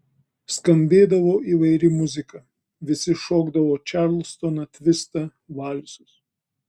skambėdavo įvairi muzika visi šokdavo čarlstoną tvistą valsus